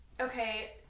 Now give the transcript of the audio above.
okay